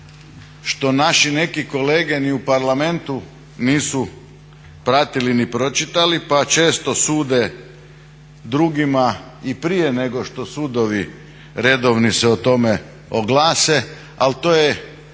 što naši neki kolege ni u Parlamentu nisu ni pratili ni pročitali pa često sude drugima i prije nego što sudovi redovni se o tome oglase ali to je